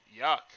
yuck